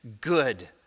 good